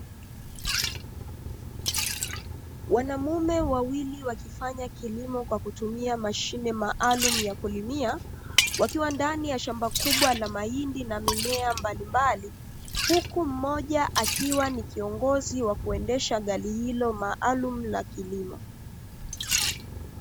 Wanamume wawili wakifanya kilimo kwa kutumia mashine maalumu ya kulimia, wakiwa ndani ya shamba kubwa la mahindi na mimea mbalimbali, huku mmoja akiwa ni kiongozi wa kuendesha gari hilo, maalumu la kilimo.